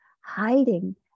hiding